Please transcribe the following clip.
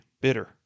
bitter